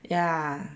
ya